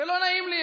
לא נעים לי.